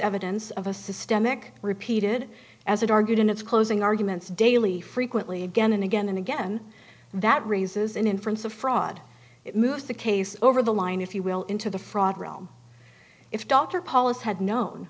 evidence of a systemic repeated as a target in its closing arguments daily frequently again and again and again that raises an inference of fraud it moves the case over the line if you will into the fraud realm if dr pollack had known